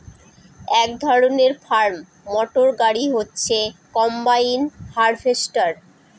এক ধরনের farm motor গাড়ি হচ্ছে কম্বাইন হার্ভেস্টর